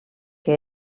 que